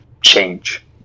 change